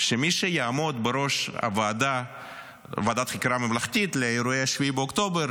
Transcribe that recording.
שמי שיעמוד בראש ועדת חקירה ממלכתית לאירועי 7 באוקטובר